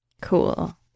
Cool